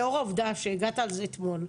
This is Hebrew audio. לאור העובדה שהגעת אתמול,